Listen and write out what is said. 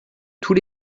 tous